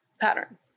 Pattern